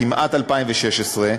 כמעט 2016,